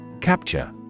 Capture